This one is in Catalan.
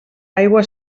aigua